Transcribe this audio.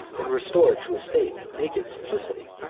and restored to a state of naked simplicity.